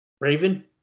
Raven